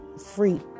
free